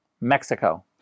Mexico